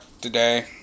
today